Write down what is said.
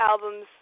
albums